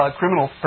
criminal